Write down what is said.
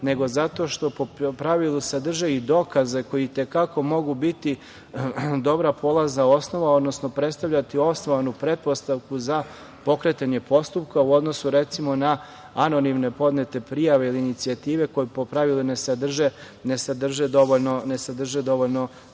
nego zato što po pravilu sadrže i dokaze koji i te kako mogu biti dobra polazna osnova, odnosno predstavljati osnovanu pretpostavku za pokretanje postupka u odnosu, recimo, na anonimne podnete prijave ili inicijative koje po pravilu ne sadrže dovoljno